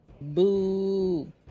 Boo